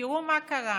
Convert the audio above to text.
ותראו מה קרה,